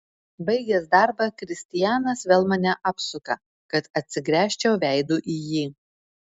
baigęs darbą kristianas vėl mane apsuka kad atsigręžčiau veidu į jį